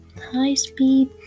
high-speed